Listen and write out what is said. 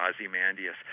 Ozymandias